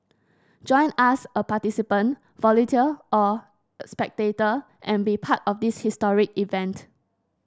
join us a participant volunteer or spectator and be part of this historic event